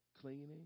cleaning